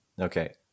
Okay